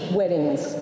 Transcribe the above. weddings